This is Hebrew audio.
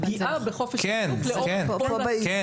פגיעה בחופש העיסוק לתקופה ארוכה.